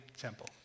temple